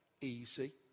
easy